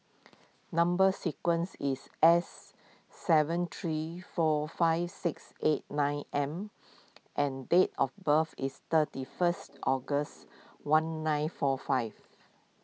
Number Sequence is S seven three four five six eight nine M and date of birth is thirty first August one nine four five